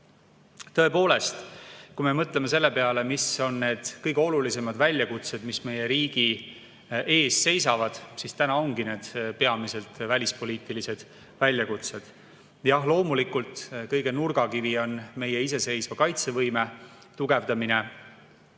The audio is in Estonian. eesmärk. Tõepoolest, kui me mõtleme selle peale, mis on need kõige olulisemad väljakutsed, mis meie riigi ees seisavad, siis täna ongi need peamiselt välispoliitilised väljakutsed. Jah, loomulikult, kõige nurgakivi on meie iseseisva kaitsevõime tugevdamine,